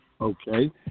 Okay